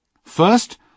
First